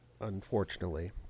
unfortunately